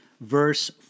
verse